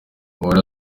umubare